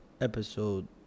episode